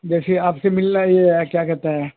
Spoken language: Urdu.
جیسے آپ سے ملنا یہ کیا کہتے ہیں